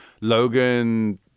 Logan